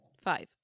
Five